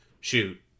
shoot